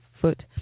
foot